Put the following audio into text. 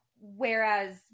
whereas